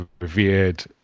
revered